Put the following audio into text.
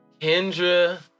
Kendra